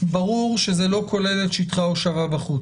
ברור שזה לא כולל את שטחי ההושבה בחוץ,